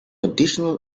additional